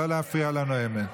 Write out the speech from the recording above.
לא להפריע לנואמת.